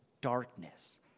darkness